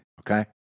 Okay